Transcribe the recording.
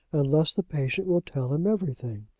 unless the patient will tell him everything.